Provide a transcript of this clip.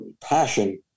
passion